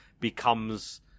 becomes